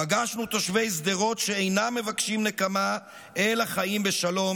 פגשנו תושבי שדרות שאינם מבקשים נקמה אלא חיים בשלום,